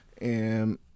and-